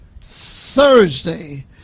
Thursday